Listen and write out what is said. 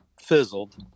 fizzled